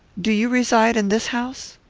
do you reside in this house?